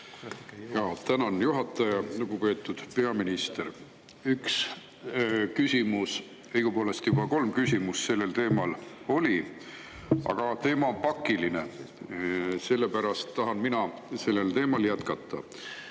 Tänan, juhataja! Lugupeetud peaminister! Üks küsimus, õigupoolest juba kolm küsimust sellel teemal oli, aga teema on pakiline, sellepärast tahan mina sellel teemal jätkata.